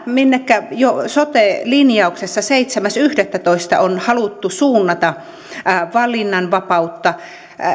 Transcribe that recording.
minne jo sote linjauksessa seitsemäs yhdettätoista on haluttu suunnata valinnanvapautta